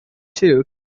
too